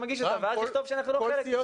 מגיש אותה ואז לכתוב שאנחנו לא חלק,